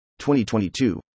2022